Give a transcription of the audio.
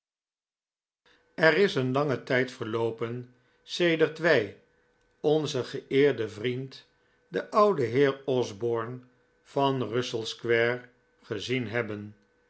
r is een lange tijd verloopen scdert wij onzen geeerden vriend den ouden heer p w p osborne van russell square gezien hebben